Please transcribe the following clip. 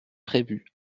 prévue